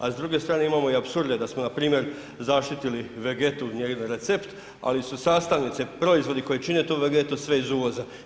A s druge strane imamo i apsurde da smo npr. zaštitili Vegetu, njen recept ali su sastavnice, proizvodi koji čine tu Vegetu sve iz uvoza.